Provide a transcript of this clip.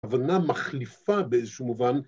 הבנה מחליפה באיזשהו מובן